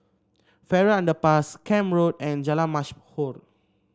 Farrer Underpass Camp Road and Jalan Mashhor